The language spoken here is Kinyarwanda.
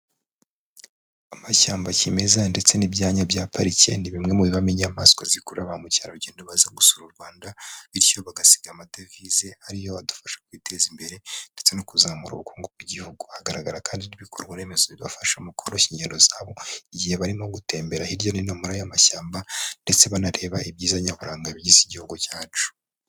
Amashyamba cyimeza ndetse n'ibyanya bya parike, ni bimwe mu bibamo inyamaswa zikurura ba mukerarugendo, baza gusura u Rwanda. Bityo bagasiga amadevize ariyo adufasha kwiteza imbere, ndetse no kuzamura ubukungu bw'Igihugu. Hagaragara kandi n'ibikorwa remezo bibafasha mu koroshya ingendo zabo, igihe barimo gutembera hirya no hino y'amashyamba. Ndetse banareba ibyiza nyaburanga bigize Igihugu cyacu.